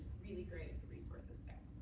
really great resources there.